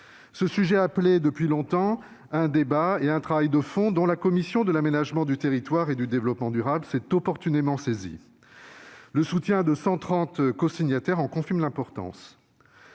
Ce sujet appelait depuis longtemps un débat et un travail de fond, dont la commission de l'aménagement du territoire et du développement durable s'est opportunément saisie. Le soutien de 130 cosignataires en confirme l'importance.